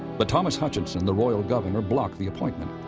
but thomas hutchinson, the royal government, blocked the appointment.